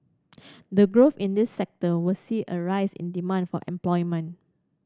the growth in this sector will see a rise in demand for employment